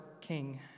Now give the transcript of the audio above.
king